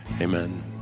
Amen